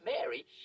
Mary